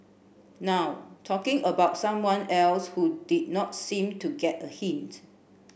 now talking about someone else who did not seem to get a hint